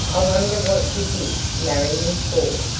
i wonder what you did marry me for?